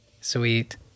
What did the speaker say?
sweet